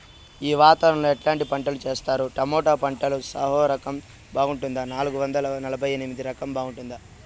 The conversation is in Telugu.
ఈ వాతావరణం లో ఎట్లాంటి పంటలు చేస్తారు? టొమాటో పంటలో సాహో రకం బాగుంటుందా నాలుగు వందల నలభై ఎనిమిది రకం బాగుంటుందా?